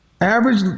Average